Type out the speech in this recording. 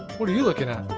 what are you looking at?